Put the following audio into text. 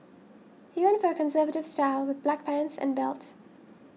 he went for a conservative style with black pants and belt